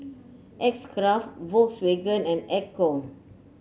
X Craft Volkswagen and Ecco